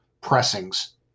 pressings